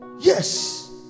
Yes